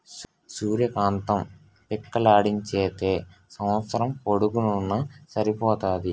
సూర్య కాంతం పిక్కలాడించితే సంవస్సరం పొడుగునూన సరిపోతాది